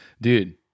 Dude